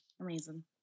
amazing